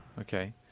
Okay